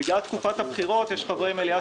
בגלל תקופת הבחירות יש חברי מליאה